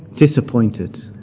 Disappointed